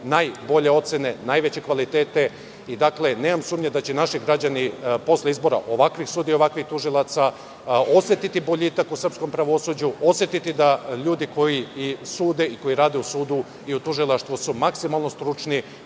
najbolje ocene, najveće kvalitete. Nemam sumnje da će naši građani posle izbora ovakvih sudija i ovakvih tužilaca osetiti boljitak u srpskom pravosuđu, osetiti da su ljudi koji sude i koji rade u sudu i tužilaštvu maksimalno stručni,